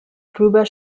drüber